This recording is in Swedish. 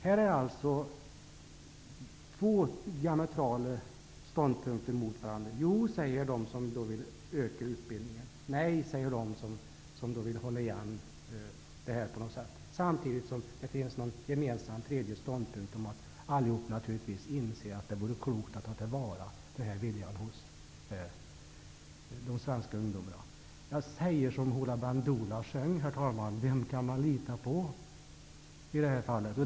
Här står alltså två diametrala ståndpunkter mot varandra: Jo, säger de som vill öka utbildningen, nej, säger de som på något sätt vill hålla igen, samtidigt som det finns någon gemensam ståndpunkt där alla naturligtvis inser att det vore klokt att ta till vara den här viljan hos de svenska ungdomarna. Jag säger, herr talman, i det här fallet såsom Hoola Bandola sjöng: Vem kan man lita på?